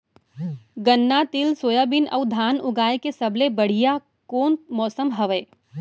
गन्ना, तिल, सोयाबीन अऊ धान उगाए के सबले बढ़िया कोन मौसम हवये?